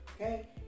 okay